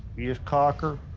you just cock her.